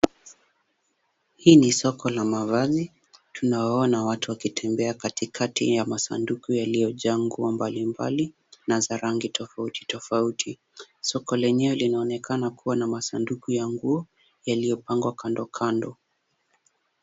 Hili ni soko la mavazi tunawaona watu wakiwa wanatembea katikati ya masanduku yaliyojaa nguo mbali mbali na za rangi tofauti tofauti. Soko lenyewe linaonekana kuwa na masanduku ya nguo yaliyo pangwa kando kando.